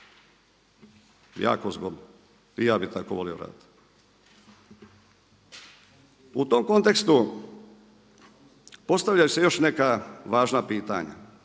Jako zgodno i ja bi tako volio raditi. U tom kontekstu postavljaju se još neka važna pitanja,